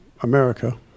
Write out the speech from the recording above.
America